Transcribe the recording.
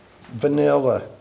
vanilla